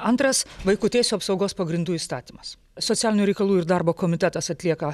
antras vaiko teisių apsaugos pagrindų įstatymas socialinių reikalų ir darbo komitetas atlieka